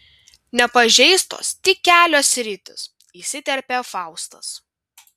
ne pažeistos tik kelios sritys įsiterpė faustas